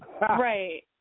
Right